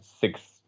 six